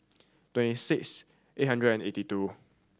twenty six eight hundred and eighty two